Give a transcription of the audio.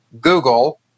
Google